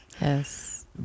Yes